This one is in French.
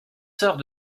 sœurs